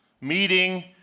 Meeting